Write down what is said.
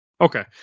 okay